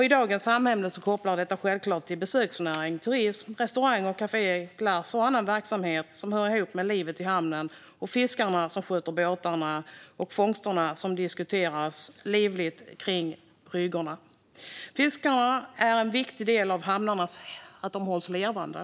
I dagens samhälle kopplar detta självklart till besöksnäring och turism, restauranger, kaféer, glassförsäljning och annan verksamhet som hör ihop med livet i hamnen med fiskarna som sköter båtarna och livligt diskuterar fångsterna kring bryggorna. Fiskarna är en viktig del av att hamnarna hålls levande.